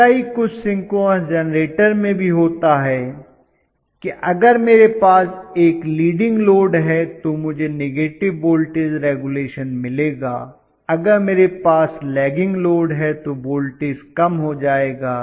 ऐसा ही कुछ सिंक्रोनस जनरेटर में भी होता है कि अगर मेरे पास एक लीडिंग लोड है तो मुझे नेगेटिव वोल्टेज रेगुलेशन मिलेगा अगर मेरे पास लैगिंग लोड है तो वोल्टेज कम हो जाएगा